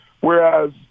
Whereas